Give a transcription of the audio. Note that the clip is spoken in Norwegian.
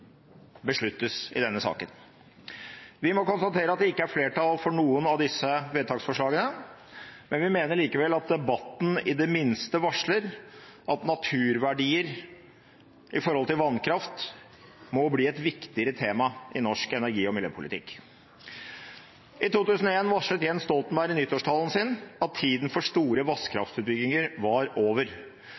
besluttes i denne saken. Vi må konstatere at det ikke er flertall for noen av disse vedtaksforslagene. Vi mener likevel at debatten i det minste varsler at naturverdier i forbindelse med vannkraft må bli et viktigere tema i norsk energi- og miljøpolitikk. I 2001 varslet Jens Stoltenberg i nyttårstalen sin at tiden for store vannkraftutbygginger var over.